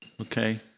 Okay